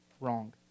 wrong